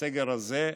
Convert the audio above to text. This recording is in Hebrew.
בסגר הזה,